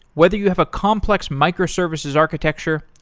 whether you have a complex microservices architecture,